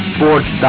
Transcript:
Sports